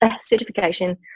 certification